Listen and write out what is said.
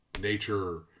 nature